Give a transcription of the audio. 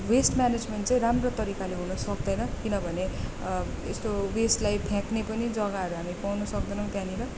West management चाहिँ राम्रो तरिकाले हुन सक्दैन किनभने यस्तो वेस्टलाई फ्याँक्ने पनि जग्गाहरू हामी पाउन सक्दैनौँ त्यहाँनिर